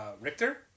Richter